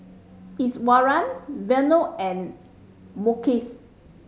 Iswaran Vanu and Mukesh